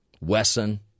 Wesson